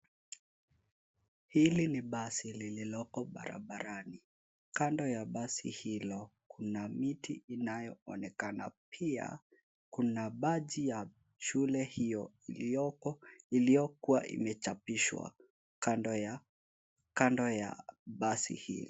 Hili ni basi lililoko barabarani. Kando ya basi hilo kuna miti inayoonekana .Pia, kuna baji ya shule hiyo iliyokuwa imechapishwa kando ya basi hili.